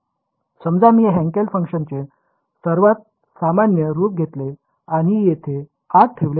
समजा मी हेन्केल फंक्शनचे सर्वात सामान्य रूप घेतले आणि येथे आत ठेवले आहे